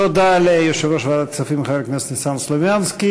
תודה ליושב-ראש ועדת הכספים חבר הכנסת ניסן סלומינסקי.